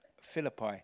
Philippi